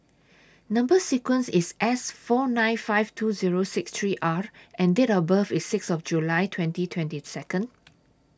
Number sequence IS S four nine fifty two Zero six three R and Date of birth IS six July twenty twenty two